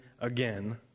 again